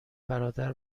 برادر